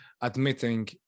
admitting